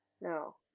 No